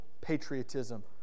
patriotism